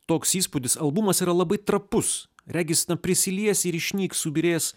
toks įspūdis albumas yra labai trapus regis prisiliesi ir išnyks subyrės